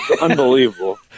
Unbelievable